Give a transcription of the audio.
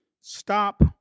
stop